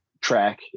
track